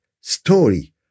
story